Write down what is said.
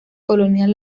colonial